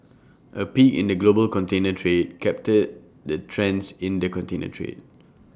A peek in the global container trade captured the trends in the container trade